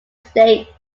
states